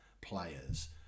players